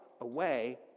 away